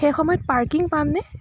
সেই সময়ত পাৰ্কিং পামনে